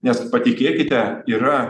nes patikėkite yra